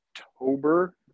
October